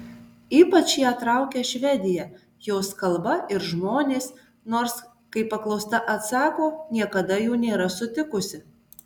ypač ją traukia švedija jos kalba ir žmonės nors kaip paklausta atsako niekada jų nėra sutikusi